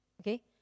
okay